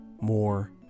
more